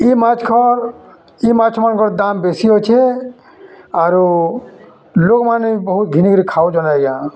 ଇ ମାଛ୍ ମାଛ୍ମାନ୍ଙ୍କର୍ ଦାମ୍ ବେଶୀ ଅଛେ ଆରୁ ଲୋକ୍ମାନେ ବି ବହୁତ୍ ଘିନିକିରି ଖାଉଛନ୍ ଆଜ୍ଞା